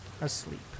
asleep